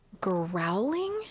growling